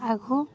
ଆଗରୁ